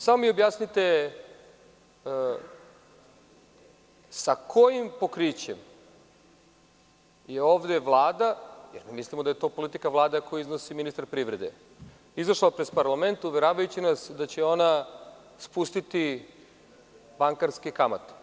Samo mi objasnite sa kojim pokrićem je ovde Vlada, jer mi mislimo da je to politika Vlade ako je iznosi ministar privrede, izašla pred parlament, uveravajući nas da će ona spustiti bankarske kamate.